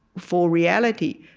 for reality.